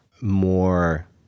more